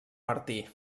martí